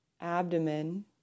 abdomen